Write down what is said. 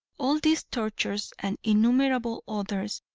all these tortures and innumerable others,